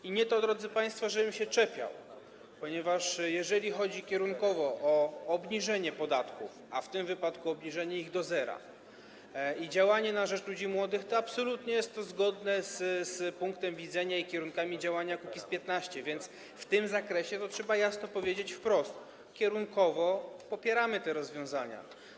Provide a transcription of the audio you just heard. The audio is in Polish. I nie, drodzy państwo, żebym się czepiał, ponieważ jeżeli chodzi kierunkowo o obniżenie podatków, a w tym wypadku obniżenie ich do zera, i działanie na rzecz ludzi młodych, to absolutnie jest to zgodne z punktem widzenia i kierunkami działania Kukiz’15, więc w tym zakresie trzeba jasno powiedzieć wprost: Kierunkowo popieramy te rozwiązania.